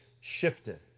shifted